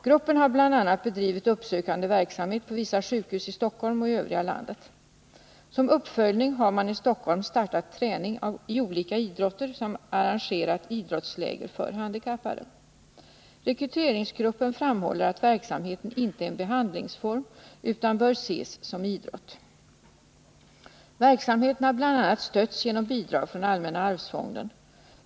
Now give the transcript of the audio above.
Gruppen har bl.a. bedrivit uppsökande verksamhet på vissa sjukhus i Stockholm och i övriga landet. Som uppföljning har man i Stockholm startat träning i olika idrotter samt arrangerat idrottsläger för handikappade. Rekryteringsgruppen framhåller att verksamheten inte är en behandlingsform utan bör ses som idrott. Verksamheten har bl.a. stötts genom bidrag från allmänna arvsfonden.